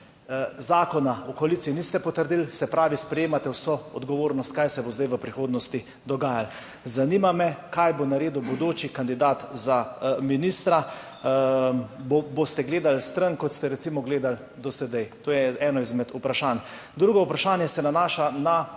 Zakona v koaliciji niste potrdili, se pravi sprejemate vso odgovornost kaj se bo zdaj v prihodnosti dogajalo. Zanima me kaj bo naredil bodoči kandidat za ministra? Boste gledali stran, kot ste recimo gledali do sedaj? To je eno izmed vprašanj. Drugo vprašanje se nanaša na